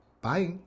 Bye